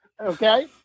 Okay